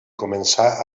començà